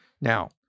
Now